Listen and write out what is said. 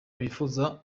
bifuza